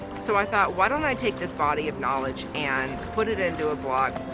so i thought why don't i take this body of knowledge and put it into a blog.